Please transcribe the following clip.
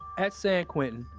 at san quentin,